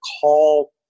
call